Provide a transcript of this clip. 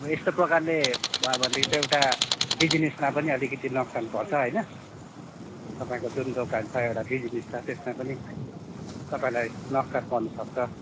अब यस्तो प्रकारले भयो भनेदेखि त एउटा बिजिनेसमा पनि अलिकति नोक्सान पर्छ होइन तपाईँको जुन दोकान छ एउटा बिजिनेस छ त्यसमा पनि तपाईँलाई नोक्सान पर्न सक्छ